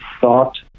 thought